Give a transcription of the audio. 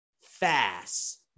fast